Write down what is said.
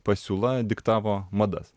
pasiūla diktavo madas